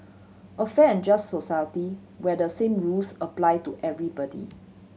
a fair and just society where the same rules apply to everybody